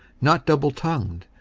not doubletongued,